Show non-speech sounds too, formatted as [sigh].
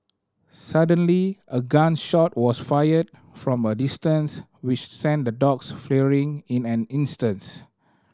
suddenly a gun shot was fired from a distance which sent the dogs [unintelligible] in an instance